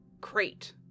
crate